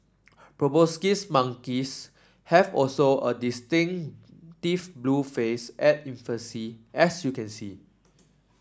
proboscis monkeys have also a blue face at infancy as you can see